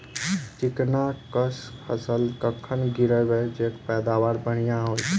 चिकना कऽ फसल कखन गिरैब जँ पैदावार बढ़िया होइत?